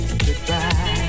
goodbye